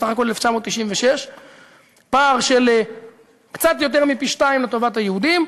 בסך הכול 1996 פער של קצת יותר מפי-שניים לטובת היהודים.